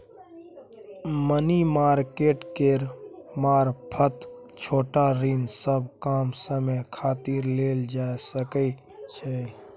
money market केर मारफत छोट ऋण सब कम समय खातिर लेल जा सकइ छै